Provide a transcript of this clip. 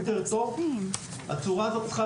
צורת החשיבה הזאת צריכה להשתנות בצורה משמעותית.